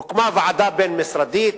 הוקמה ועדה בין-משרדית,